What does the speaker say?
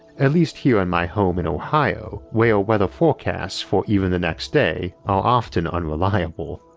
at least here in my home in ohio, where weather forecasts for even the next day are often unreliable.